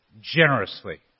generously